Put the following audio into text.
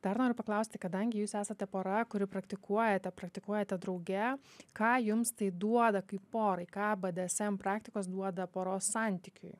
dar noriu paklausti kadangi jūs esate pora kuri praktikuojate praktikuojate drauge ką jums tai duoda kaip porai ką bdsm praktikos duoda poros santykiui